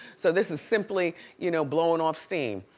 so this is simply, you know, blowing off steam